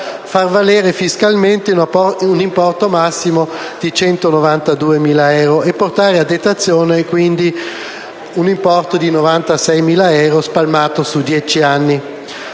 far valere fiscalmente un importo massimo di 192.000 euro, e portare quindi a detrazione un importo di 96.000 euro spalmato su dieci anni.